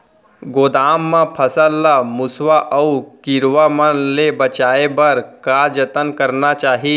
गोदाम मा फसल ला मुसवा अऊ कीरवा मन ले बचाये बर का जतन करना चाही?